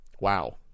wow